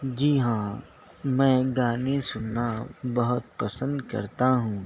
جی ہاں میں گانے سننا بہت پسند کرتا ہوں